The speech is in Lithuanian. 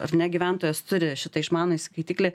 ar ne gyventojas turi šitą išmanųjį skaitiklį